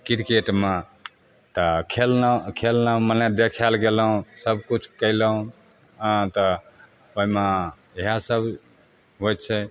क्रिकेटमे तऽ खेललहुॅं खेलने मने देखै लए गेलहुॅं सब किछु केलहुॅं हँ तऽ ओहिमे इएह सब होइ छै